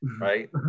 Right